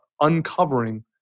uncovering